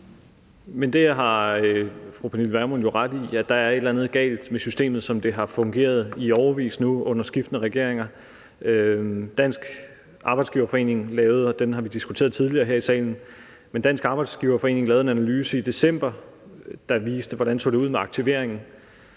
(S): Det har fru Pernille Vermund jo ret i, altså at der er et eller andet galt med systemet, som det nu i årevis har fungeret under skiftende regeringer. Dansk Arbejdsgiverforening lavede en analyse i december – og den har vi diskuteret tidligere